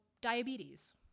diabetes